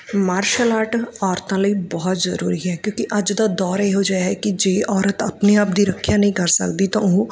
martial art ਔਰਤਾਂ ਲਈ ਬਹੁਤ ਜ਼ਰੂਰੀ ਹੈ ਕਿਉਂਕਿ ਅੱਜ ਦਾ ਦੌਰ ਇਹੋ ਜਿਹਾ ਹੈ ਕਿ ਜੇ ਔਰਤ ਆਪਣੇ ਆਪ ਦੀ ਰੱਖਿਆ ਨਹੀਂ ਕਰ ਸਕਦੀ ਤਾਂ ਉਹ